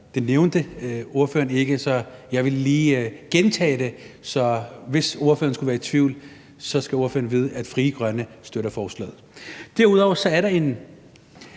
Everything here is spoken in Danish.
Det nævnte ordføreren ikke, så jeg vil lige gentage det, så hvis ordføreren skulle være i tvivl, skal ordføreren vide, at Frie Grønne støtter forslaget. Derudover er der en